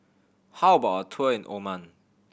how about a tour in Oman